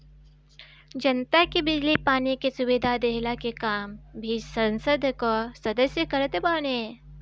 जनता के बिजली पानी के सुविधा देहला के काम भी संसद कअ सदस्य करत बाने